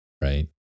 Right